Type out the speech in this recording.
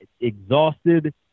exhausted